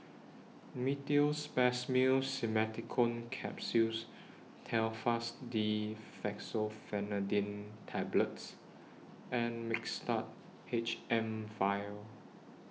Meteospasmyl Simeticone Capsules Telfast D Fexofenadine Tablets and Mixtard H M Vial